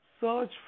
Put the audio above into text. search